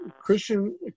Christian